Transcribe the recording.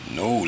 no